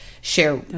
share